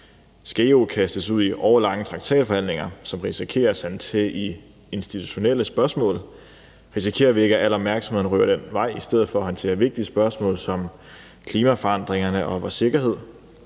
Skal EU kastes ud i årelange traktatforhandlinger, som risikerer at sande til i institutionelle spørgsmål, risikerer vi, at al opmærksomheden ryger den vej i stedet for til håndtering af vigtige spørgsmål som klimaforandringerne og vores sikkerhed.